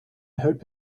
hope